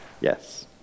Yes